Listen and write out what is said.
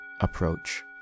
approach